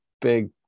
big